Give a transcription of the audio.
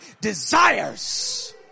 desires